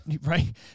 Right